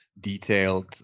detailed